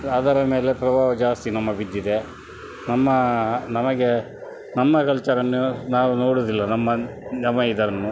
ಅದರ ಮೇಲೆ ಪ್ರಭಾವ ಜಾಸ್ತಿ ನಮ್ಮ ಬಿದ್ದಿದೆ ನಮ್ಮ ನಮಗೆ ನಮ್ಮ ಕಲ್ಚರನ್ನು ನಾವು ನೋಡುವುದಿಲ್ಲ ನಮ್ಮ ನಮ್ಮ ಇದನ್ನು